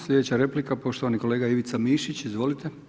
Slijedeća replika, poštovani kolega Ivica Mišić, izvolite.